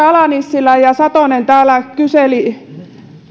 ala nissilä ja satonen täällä kyselivät